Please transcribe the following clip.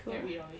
get rid of it